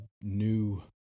new